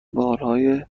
بارهای